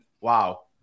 wow